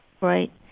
Right